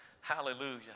Hallelujah